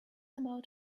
about